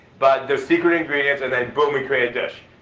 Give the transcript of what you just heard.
but there's secret ingredients and then, boom, we create a dish.